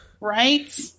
Right